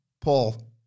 Paul